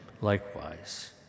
likewise